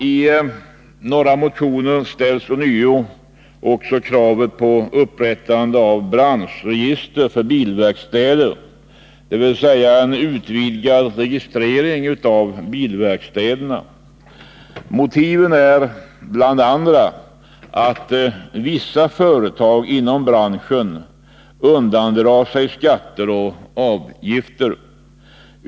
I några motioner ställs ånyo kravet på upprättande av branschregister för bilverkstäder, dvs. en utvidgning av registreringen av bilverkstäderna. Motiven är bl.a. att vissa företag inom branschen undandrar sig skatter och avgifter.